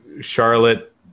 Charlotte